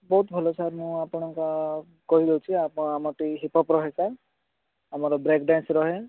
ବହୁତ ଭଲ ସାର୍ ମୁଁ ଆପଣଙ୍କ କହିଦେଉଛି ଆପଣ ଆମର ଟିକିଏ ହିପ୍ପପ୍ ରହେ ସାର୍ ଆମର ବ୍ରେକ୍ ଡ୍ୟାନ୍ସ ରହେ